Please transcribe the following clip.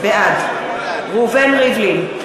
בעד ראובן ריבלין,